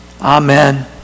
Amen